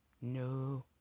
no